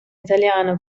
italiano